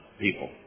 people